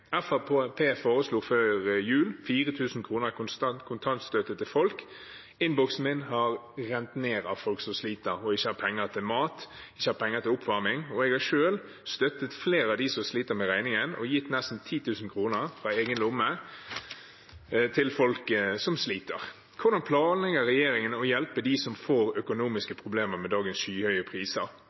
foreslo før jul 4 000 kr i kontantstøtte til folk. Innboksen min har blitt rent ned av mailer fra folk som sliter og ikke har penger til mat og oppvarming. Jeg har selv støttet flere av dem som sliter med regningen, og gitt nesten 10 000 kr av egen lomme til folk som sliter. Hvordan planlegger regjeringen å hjelpe dem som får økonomiske problemer med dagens skyhøye priser?